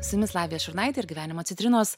su jumis lavija šurnaitė ir gyvenimo citrinos